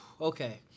Okay